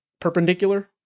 Perpendicular